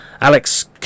Alex